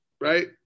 Right